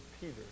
Peter